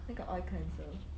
那个 oil cleanser